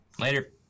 Later